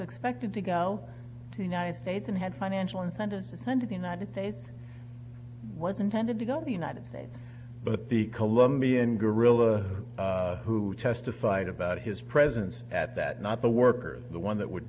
expected to go to united states and had financial incentives to send to the united states was intended to go to the united states but the colombian guerrillas who testified about his presence at that not the workers the one that would